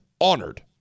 honored